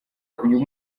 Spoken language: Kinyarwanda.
uyu